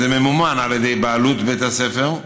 שזה ממומן על ידי בעלות בית הספר.